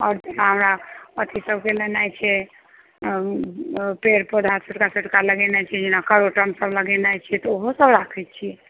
आओर जेना हमरा अथीसभके लेनाइ छै पेड़ पौधा छोटका छोटका लगेनाइ छै जेना क्रोटनसभ लगेनाइ छै तऽ ओहोसभ राखय छियै